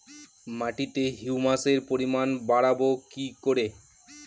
মাটিতে হিউমাসের পরিমাণ বারবো কি করে?